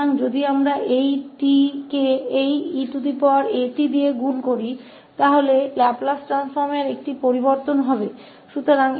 इसलिए यदि हम इस 𝑓𝑡 को इस eat से गुणा करते हैं तो लाप्लास परिवर्तन में एक बदलाव होगा